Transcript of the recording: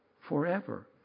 forever